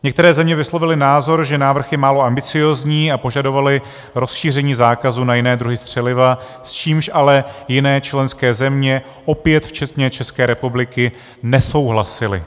Některé země vyslovily názor, že návrh je málo ambiciózní, a požadovaly rozšíření zákazu na jiné druhy střeliva, s čímž ale jiné členské země opět včetně České republiky nesouhlasily.